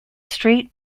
street